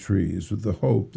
trees with the hope